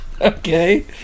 Okay